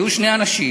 יהיו שני אנשים,